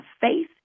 faith